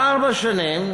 בארבע שנים,